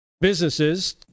businesses